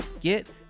get